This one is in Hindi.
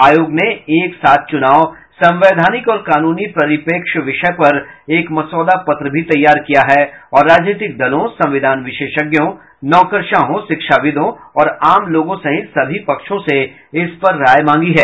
आयोग ने एक साथ चुनाव संवैधानिक और कानूनी परिप्रेक्ष्य विषय पर एक मसौदा पत्र भी तैयार किया है और राजनीतिक दलों संविधान विशेषज्ञों नौकरशाहों शिक्षाविदों और आम लोगों सहित सभी पक्षों से इस पर राय मांगी है